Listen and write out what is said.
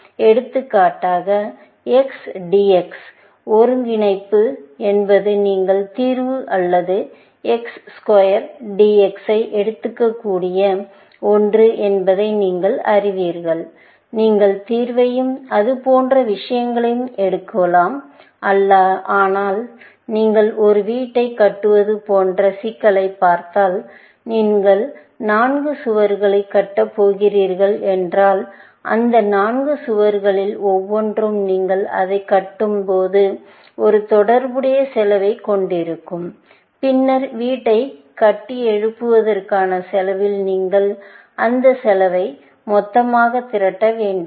எடுத்துக்காட்டாக XDX ஒருங்கிணைப்பு என்பது நீங்கள் தீர்வு அல்லது X square DX ஐ எடுக்கக்கூடிய ஒன்று என்பதை நீங்கள் அறிவீர்கள் நீங்கள் தீர்வையும் அது போன்ற விஷயங்களையும் எடுக்கலாம் ஆனால் நீங்கள் ஒரு வீட்டைக் கட்டுவது போன்ற சிக்கலைப் பார்த்தால் நீங்கள் 4 சுவர்களைக் கட்டப் போகிறீர்கள் என்றால் அந்த நான்கு சுவர்களில் ஒவ்வொன்றும் நீங்கள் அதைக் கட்டும் போது ஒரு தொடர்புடைய செலவைக் கொண்டிருக்கும் பின்னர் அந்த வீட்டைக் கட்டியெழுப்புவதற்கான செலவில் நீங்கள் அந்த செலவை மொத்தமாக திரட்ட வேண்டும்